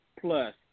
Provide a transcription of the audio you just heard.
plus